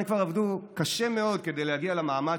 הם כבר עבדו קשה מאוד כדי להגיע למעמד